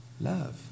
love